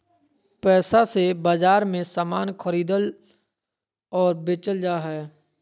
पैसा से बाजार मे समान खरीदल और बेचल जा हय